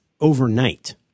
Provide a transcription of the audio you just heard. overnight